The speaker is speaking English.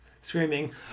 screaming